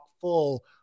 full